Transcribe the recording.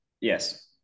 Yes